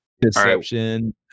Deception